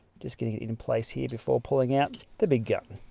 just getting it in place here before pulling out the big gun.